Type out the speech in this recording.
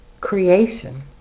creation